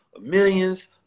millions